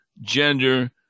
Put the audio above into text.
gender